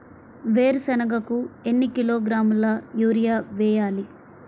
వేరుశనగకు ఎన్ని కిలోగ్రాముల యూరియా వేయాలి?